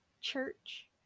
Church